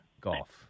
golf